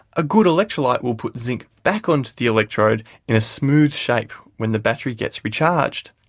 a good electrolyte will put zinc back onto the electrode in a smooth shape when the battery gets recharged.